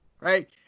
right